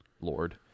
Lord